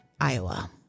Iowa